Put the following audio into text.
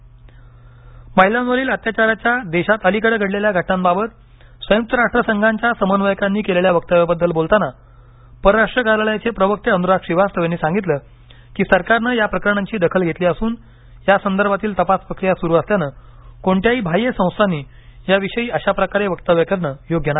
महिला अत्याचर महिलांवरील अत्याचाराच्या देशात अलीकडं घडलेल्या घटनांबाबत संयुक्त राष्ट्र संघाच्या समन्वयकांनी केलेल्या वकतव्याबद्दल बोलताना परराष्ट्र कार्यालयाचे प्रवक्ते अनुराग श्रीवास्तव यांनी सांगितलं की सरकारनं या प्रकरणांची दखल घेतली असून यासंदर्भातील तपास प्रक्रिया सुरू असल्यानं कोणत्याही बाह्य संस्थांनी याविषयी अशा प्रकारे वक्तव्य करणं योग्य नाही